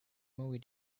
movie